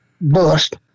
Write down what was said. bust